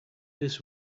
this